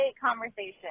conversation